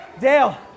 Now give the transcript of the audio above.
Dale